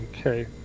Okay